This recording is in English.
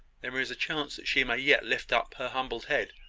there is a chance that she may yet lift up her humbled head.